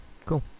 cool